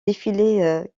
défilé